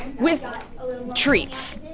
with treats